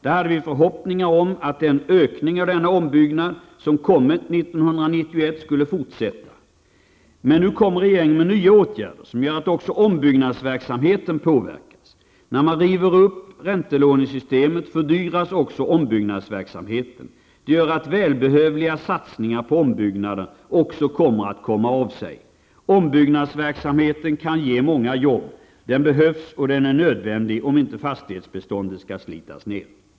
Där hade vi förhoppningar om att den ökning av ombyggnader som inträtt 1991 skulle fortsätta. Men nu kommer regeringen med nya åtgärder som gör att också ombyggnadsverksamheten påverkas. När man river upp räntelånesystemet fördyras också ombyggnadsverksamheten. Det gör att den välbehövliga satsningen på ombyggnader kommer av sig. Ombyggnadsverksamheten kan ge många jobb. Den behövs och den är nödvändig för att inte fastighetsbeståndet skall slitas ner.